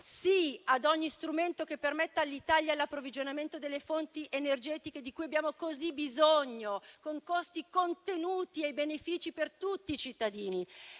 sì ad ogni strumento che permetta all'Italia l'approvvigionamento delle fonti energetiche di cui abbiamo così bisogno, con costi contenuti e benefici per tutti i cittadini.